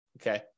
okay